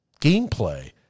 gameplay